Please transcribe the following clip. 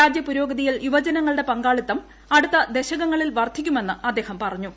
രാജ്യ പുരോഗതിയിൽ യുവജനങ്ങളുടെ പങ്കാളിത്തം അടുത്ത ദശകങ്ങളിൽ വർദ്ധിക്കുമെന്ന് അദ്ദേഹം പറഞ്ഞു